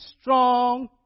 strong